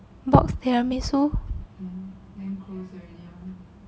box tiramisu